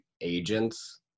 agents